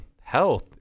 health